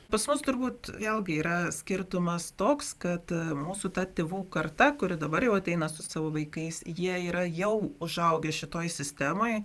pas mus turbūt vėlgi yra skirtumas toks kad mūsų ta tėvų karta kuri dabar jau ateina su savo vaikais jie yra jau užaugę šitoj sistemoj